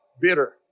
bitter